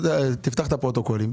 תפתח את הפרוטוקולים.